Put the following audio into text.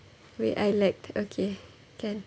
wait I like okay can